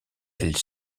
elle